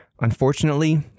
Unfortunately